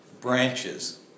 branches